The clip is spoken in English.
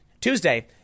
Tuesday